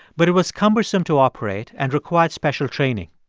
but it was cumbersome to operate and required special training.